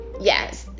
yes